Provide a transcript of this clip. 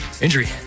Injury